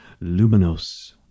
luminous